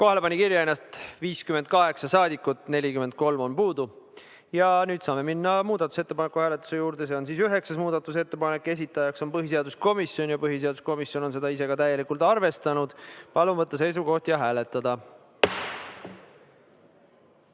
pani ennast kirja 58 saadikut, 43 on puudu. Nüüd saame minna muudatusettepaneku hääletuse juurde. See on üheksas muudatusettepanek, esitaja on põhiseaduskomisjon ja põhiseaduskomisjon on seda ise ka täielikult arvestanud. Palun võtta seisukoht ja hääletada!